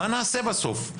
מה נעשה בסוף?